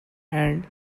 and